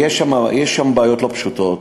יש שם בעיות לא פשוטות.